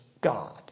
God